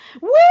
Woo